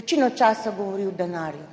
večino časa govori o denarju.